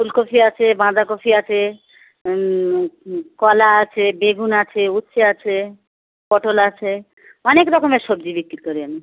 ফুলকপি আছে বাঁধাকপি আছে কলা আছে বেগুন আছে উচ্ছে আছে পটল আছে অনেক রকমের সবজি বিক্রি করি আমি